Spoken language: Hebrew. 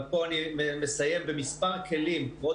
ופה אני מסיים במספר כלים ושוב,